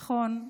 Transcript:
נכון,